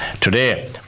today